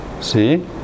see